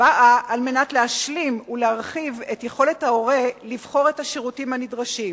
באה על מנת להשלים ולהרחיב את יכולת ההורה לבחור את השירותים הנדרשים.